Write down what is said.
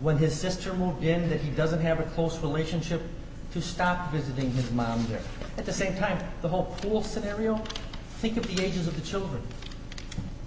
when his sister move in that he doesn't have a close relationship to stop visiting his mom there at the same time the whole fool scenario think of the dangers of the children